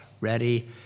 ready